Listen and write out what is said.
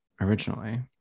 originally